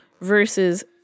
versus